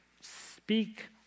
speak